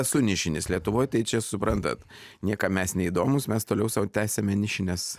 esu nišinis lietuvoj tai čia suprantat niekam mes neįdomūs mes toliau sau tęsiame nišines